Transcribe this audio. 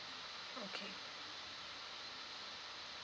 okay